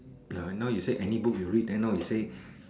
now you say any book you read then now you say